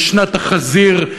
זה שנת החזיר,